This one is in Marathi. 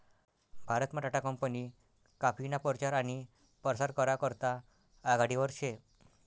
भारतमा टाटा कंपनी काफीना परचार आनी परसार करा करता आघाडीवर शे